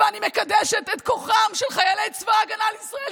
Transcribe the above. ואני מקדשת את כוחם של חיילי צבא הגנה לישראל,